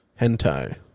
Hentai